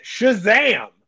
Shazam